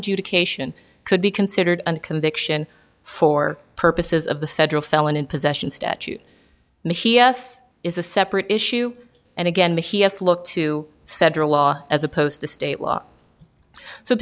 adjudication could be considered a conviction for purposes of the federal felon in possession statute is a separate issue and again the he s look to federal law as opposed to state law so